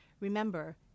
Remember